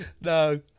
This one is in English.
No